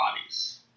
bodies